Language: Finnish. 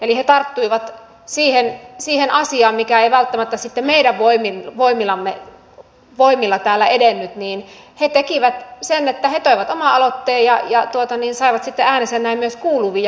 eli he tarttuivat siihen asiaan mikä ei välttämättä sitten meidän voimillamme täällä edennyt he tekivät sen että he toivat oman aloitteen ja saivat sitten äänensä näin myös kuuluviin